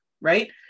right